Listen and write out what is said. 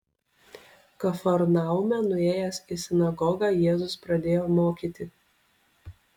kafarnaume nuėjęs į sinagogą jėzus pradėjo mokyti